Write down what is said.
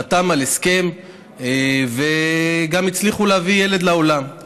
חתם על הסכם, וגם הצליחו להביא ילד לעולם.